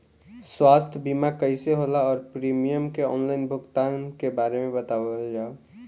स्वास्थ्य बीमा कइसे होला और प्रीमियम के आनलाइन भुगतान के बारे में बतावल जाव?